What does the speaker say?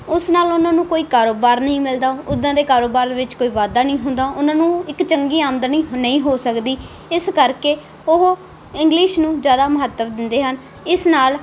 ਉਸ ਨਾਲ ਉਹਨਾਂ ਨੂੰ ਕੋਈ ਕਾਰੋਬਾਰ ਨਹੀਂ ਮਿਲਦਾ ਉੱਦਾਂ ਦੇ ਕਾਰੋਬਾਰ ਵਿੱਚ ਕੋਈ ਵਾਧਾ ਨਹੀਂ ਹੁੰਦਾ ਉਹਨਾਂ ਨੂੰ ਇੱਕ ਚੰਗੀ ਆਮਦਨੀ ਹੁ ਨਹੀਂ ਹੋ ਸਕਦੀ ਇਸ ਕਰਕੇ ਉਹ ਇੰਗਲਿਸ਼ ਨੂੰ ਜ਼ਿਆਦਾ ਮਹੱਤਵ ਦਿੰਦੇ ਹਨ ਇਸ ਨਾਲ